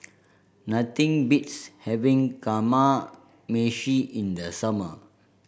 nothing beats having Kamameshi in the summer